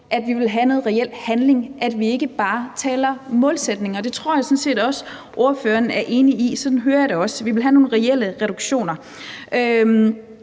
at vi vil have noget reel handling; at vi ikke bare taler om målsætninger. Det tror jeg sådan set også ordføreren er enig i, og sådan hører jeg det også. Vi vil have nogle reelle reduktioner.